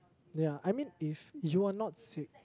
ya I mean if you are not sick